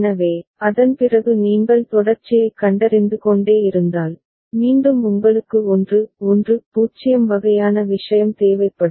எனவே அதன்பிறகு நீங்கள் தொடர்ச்சியைக் கண்டறிந்து கொண்டே இருந்தால் மீண்டும் உங்களுக்கு 1 1 0 வகையான விஷயம் தேவைப்படும்